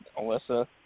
Alyssa